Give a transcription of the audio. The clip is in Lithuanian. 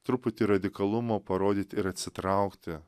truputį radikalumo parodyt ir atsitraukti